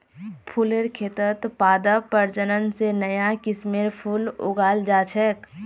फुलेर खेतत पादप प्रजनन स नया किस्मेर फूल उगाल जा छेक